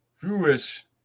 Jewish